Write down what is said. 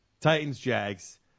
Titans-Jags